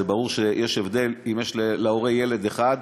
זה ברור שיש הבדל אם יש להורה ילד אחד,